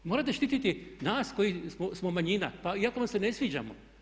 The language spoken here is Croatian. Morate štititi nas koji smo manjina pa iako vam se ne sviđamo.